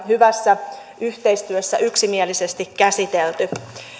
hyvässä yhteistyössä yksimielisesti käsitelty